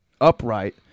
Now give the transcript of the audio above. upright